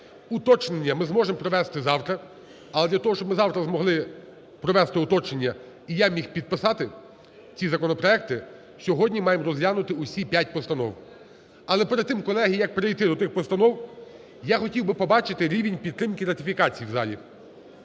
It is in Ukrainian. Уточнення ми зможемо провести завтра. Але для того, щоб ми завтра змогли провести уточнення і я міг підписати ці законопроекти, сьогодні маємо розглянути усі 5 постанов. Але перед тим, колеги, як перейти до тих постанов, я хотів би побачити рівень підтримки ратифікацій у залі.